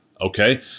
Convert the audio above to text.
okay